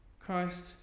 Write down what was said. Christ